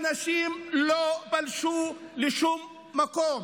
האנשים לא פלשו לשום מקום.